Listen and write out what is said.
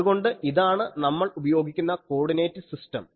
അതുകൊണ്ട് ഇതാണ് നമ്മൾ ഉപയോഗിക്കുന്ന കോഡിനേറ്റ് സിസ്റ്റം